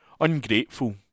Ungrateful